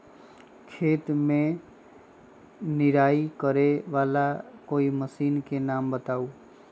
खेत मे निराई करे वाला कोई मशीन के नाम बताऊ?